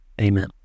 Amen